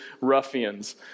ruffians